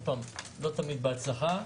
ואני מוכרח להודות שלא תמיד בהצלחה,